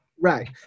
Right